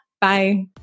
Bye